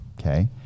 Okay